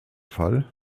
fall